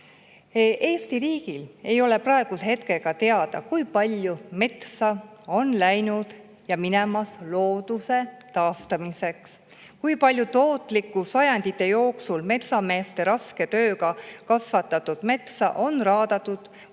Eesti riigile ei ole praegu teada, kui palju metsa on läinud ja minemas looduse taastamiseks, kui palju tootlikku, sajandite jooksul metsameeste raske tööga kasvatatud metsa on raadatud